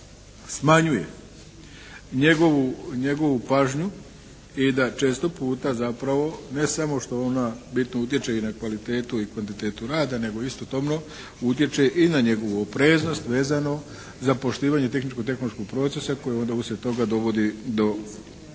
smanjuje njegovu pažnju i da često puta zapravo ne samo što ona bitno utječe i na kvalitetu i kvantitetu rada nego istodobno utječe i na njegovu opreznost vezano za poštivanje tehničko-tehnološkog procesa koji onda uslijed toga dovodi do